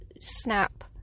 Snap